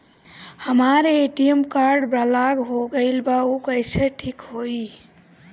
हमर ATM card block हो गईल बा ऊ कईसे ठिक होई?